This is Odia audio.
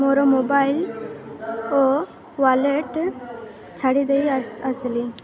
ମୋର ମୋବାଇଲ୍ ଓ ୱାଲେଟ୍ ଛାଡ଼ି ଦେଇ ଆସିଲି